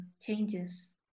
changes